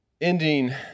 Ending